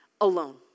alone